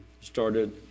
started